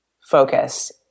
focus